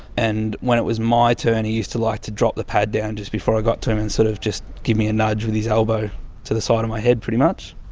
and when it was my turn he used to like to drop the pad down just before i got to him and sort of just give me a nudge with his elbow to the side sort of my head pretty much.